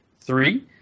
three